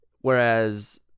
Whereas